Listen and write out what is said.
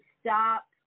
stop